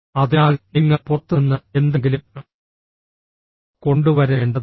അതിനാൽ നിങ്ങൾ പുറത്തുനിന്ന് എന്തെങ്കിലും കൊണ്ടുവരേണ്ടതില്ല